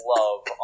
love